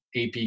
AP